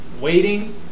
Waiting